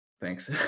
thanks